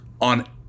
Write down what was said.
On